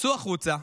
צאו החוצה,